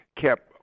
kept